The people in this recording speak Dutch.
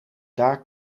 daar